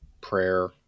prayer